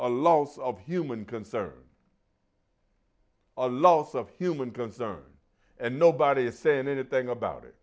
a loss of human conserve or loss of human concern and nobody is saying anything about it